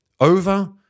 over